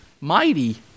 mighty